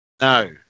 No